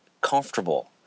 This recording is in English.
comfortable